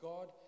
God